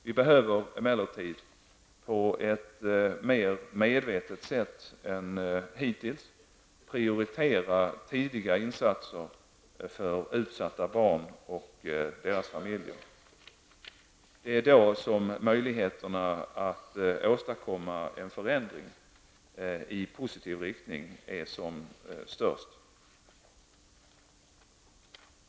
Vi behöver emellertid på ett mer medvetet sätt än hittills prioritera tidiga insatser för utsatta barn och familjer. Det är då som möjligheterna att åstadkomma en förändring i positiv riktning är som störst.